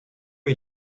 les